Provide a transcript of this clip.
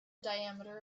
diameter